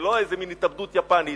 זה לא איזה מין התאבדות יפנית.